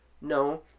no